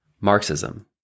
Marxism